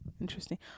Interesting